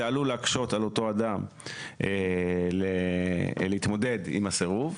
זה עלול להקשות על אותו אדם להתמודד עם הסירוב.